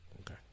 Okay